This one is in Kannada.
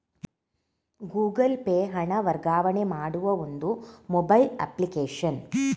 ಗೂಗಲ್ ಪೇ ಹಣ ವರ್ಗಾವಣೆ ಮಾಡುವ ಒಂದು ಮೊಬೈಲ್ ಅಪ್ಲಿಕೇಶನ್